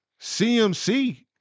CMC